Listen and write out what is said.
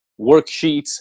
worksheets